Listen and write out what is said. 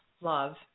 love